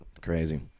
Crazy